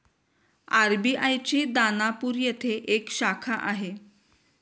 RBI ची दानापूर येथे एक शाखा आहे